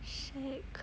shag